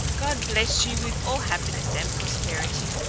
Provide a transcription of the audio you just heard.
god bless you with all happiness and prosperity.